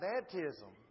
baptism